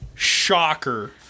Shocker